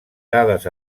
dades